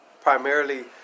Primarily